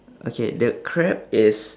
okay the crab is